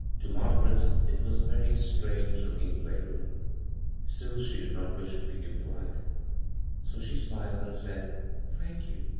to margaret it was a very strange locking playroom still she did not wish to be impolite so she smiled and said thank you